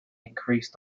increased